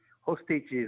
hostages